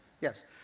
Yes